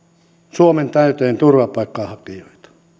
suomen täyteen turvapaikanhakijoita